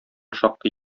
шактый